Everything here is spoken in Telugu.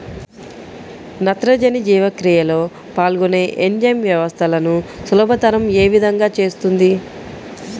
నత్రజని జీవక్రియలో పాల్గొనే ఎంజైమ్ వ్యవస్థలను సులభతరం ఏ విధముగా చేస్తుంది?